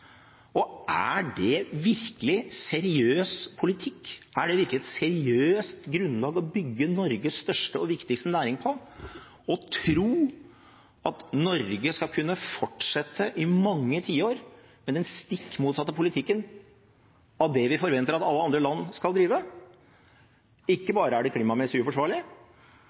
Er det virkelig seriøs politikk? Er det virkelig et seriøst grunnlag å bygge Norges største og viktigste næring på å tro at Norge skal kunne fortsette i mange tiår med den stikk motsatte politikken av det vi forventer at alle andre land skal drive? Ikke bare er det klimamessige uforsvarlig,